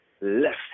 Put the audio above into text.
left